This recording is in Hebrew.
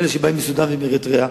אלה שבאים מסודן ומאריתריאה,